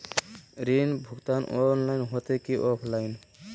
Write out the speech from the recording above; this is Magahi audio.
ऋण भुगतान ऑनलाइन होते की ऑफलाइन?